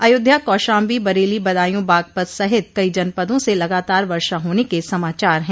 अयोध्या कौशाम्बी बरेली बदायूू बागपत सहित कई जनपदों से लगातार वर्षा होने के समाचार हैं